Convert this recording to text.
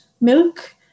milk